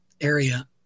area